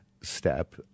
step